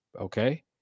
okay